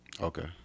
Okay